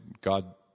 God